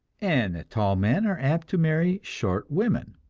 and that tall men are apt to marry short women,